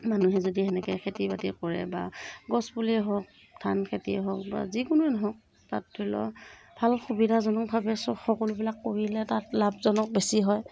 মানুহে যদি সেনেকৈ খেতি বাতি কৰে বা গছপুলিয়ে হওক বা ধান খেতিয়ে হওক বা যিকোনোৱে নহওক তাত ধৰি ল ভাল সুবিধাজনকভাৱে চব সকলোবিলাক কৰিলে তাত লাভজনক বেছি হয়